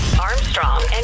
Armstrong